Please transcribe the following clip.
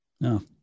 No